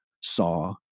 saw